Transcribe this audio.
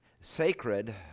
sacred